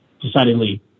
decidedly